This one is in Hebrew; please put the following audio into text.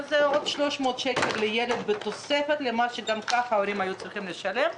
זה עוד 300 שקלים לילד בתוספת למה שגם ככה ההורים היו צריכים לשלם.